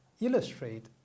illustrate